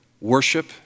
worship